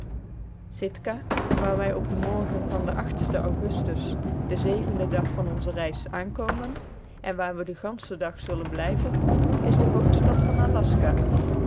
sitka waar wij op den morgen van den sten augustus den zevenden dag onzer reis aankomen en waar we den ganschen dag zullen blijven is de hoofdstad van aljaska